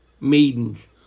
maidens